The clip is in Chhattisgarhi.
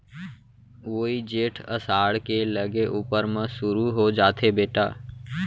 वोइ जेठ असाढ़ के लगे ऊपर म सुरू हो जाथे बेटा